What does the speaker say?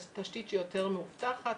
תשתית שהיא יותר מאובטחת,